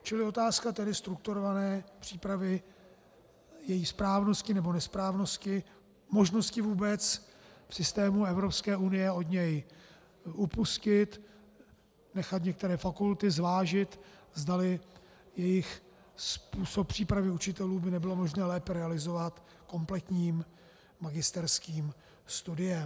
Čili otázka tedy strukturované přípravy, její správnosti nebo nesprávnosti, možnosti vůbec systému Evropské unie od něj upustit, nechat některé fakulty, zvážit, zdali jejich způsob přípravy učitelů by nebylo možno lépe realizovat kompletním magisterským studiem.